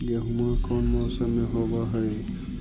गेहूमा कौन मौसम में होब है?